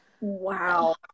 Wow